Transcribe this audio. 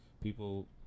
People